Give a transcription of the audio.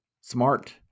smart